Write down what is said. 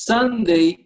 Sunday